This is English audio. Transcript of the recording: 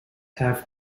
have